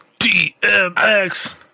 DMX